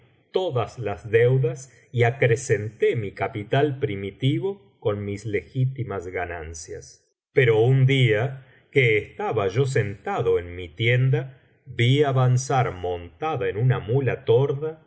todas las deudas y acrecenté mi capital primitivo con mis legítimas ganancias pero un día que estaba yo sentado en mi tienda vi avanzar montada en una muía torda